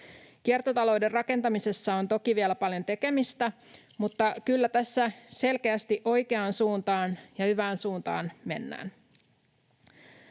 Kiertotalouden rakentamisessa on toki vielä paljon tekemistä, mutta kyllä tässä selkeästi oikeaan suuntaan ja hyvään suuntaan mennään.